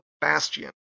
bastion